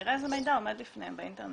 ונראה איזה מידע עומד לפניהם באינטרנט.